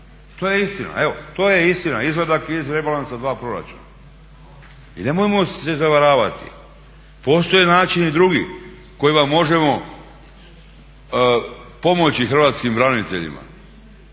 To je istina. Evo to je istina, izvadak iz rebalansa dva proračuna. I nemojmo se zavaravati. Postoje načini drugi koje vam možemo pomoći hrvatskim braniteljima.